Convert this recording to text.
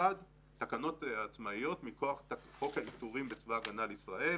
והמוסד הן תקנות עצמאיות מכוח חוק העיטורים בצבא ההגנה לישראל